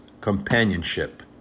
companionship